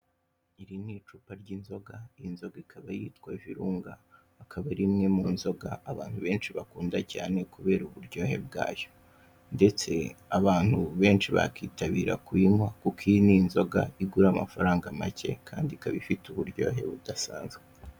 Iri ni icupa ry'inzoga iyi nzoga ikaba yitwa virunga akaba ari imwe mu nzoga abantu benshi bakunda cyane kubera uburyohe bwayo, ndetse abantu benshi bakitabira kuyinywa kuko iyi ni inzoga igura amafaranga make kandi ikaba ifite uburyohe budasanzwe.